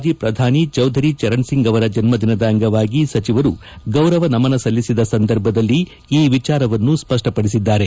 ಮಾಜಿ ಪ್ರಧಾನಿ ಚೌಧರಿ ಚರಣ್ಸಿಂಗ್ ಅವರ ಜನ್ನದಿನದ ಅಂಗವಾಗಿ ಸಚಿವರು ಗೌರವ ನಮನ ಸಲ್ಲಿಸಿದ ಸಂದರ್ಭದಲ್ಲಿ ಈ ವಿಚಾರವನ್ನು ಸ್ಪಷ್ಟಪಡಿಸಿದ್ದಾರೆ